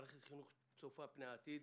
מערכת חינוך צופה פני עתיד.